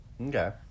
Okay